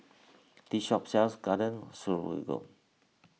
this shop sells Garden Stroganoff